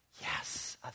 Yes